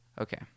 okay